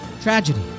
Tragedy